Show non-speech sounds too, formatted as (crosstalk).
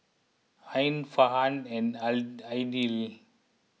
Ain Farhan and (unintelligible) Aidil